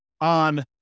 on